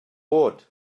bod